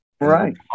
Right